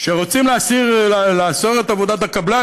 שרוצים לאסור את עבודת הקבלן,